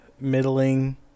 Middling